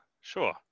Sure